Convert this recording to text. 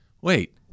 wait